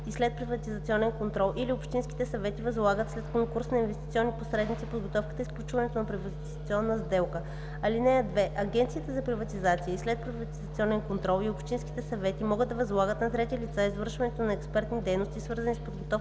и следприватизационен контрол или общинските съвети възлагат след конкурс на инвестиционни посредници подготовката и сключването на приватизационна сделка. (2) Агенцията за приватизация и следприватизационен контрол и общинските съвети могат да възлагат на трети лица извършването на експертни дейности, свързани с подготовката